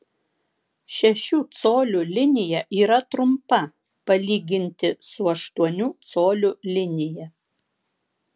šešių colių linija yra trumpa palyginti su aštuonių colių linija